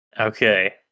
Okay